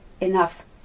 enough